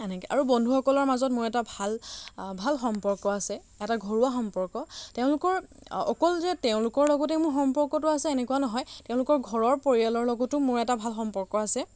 এনেকে আৰু বন্ধুসকলৰ মাজৰ মোৰ এটা ভাল ভাল সম্পৰ্ক আছে এটা ঘৰুৱা সম্পৰ্ক তেওঁলোকৰ অকল যে তেওঁলোকৰ লগতে মোৰ সম্পৰ্কটো আছে এনেকুৱা নহয় তেওঁলোকৰ ঘৰৰ পৰিয়ালৰ লগতো মোৰ এটা ভাল সম্পৰ্ক আছে